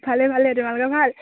ভালে ভালে তোমালােকৰ ভাল